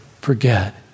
forget